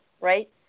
right